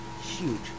huge